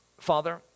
Father